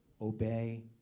obey